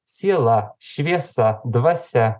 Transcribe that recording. siela šviesa dvasia